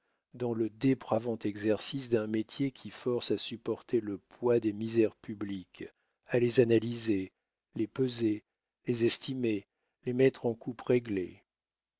dans le dépravant exercice d'un métier qui force à supporter le poids des misères publiques à les analyser les peser les estimer les mettre en coupe